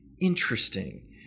interesting